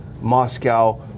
Moscow